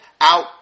out